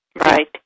Right